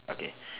okay